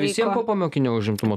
visiem popamokinio užimtumo